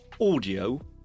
audio